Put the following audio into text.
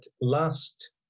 last